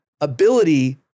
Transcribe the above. ability